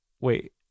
Wait